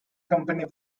company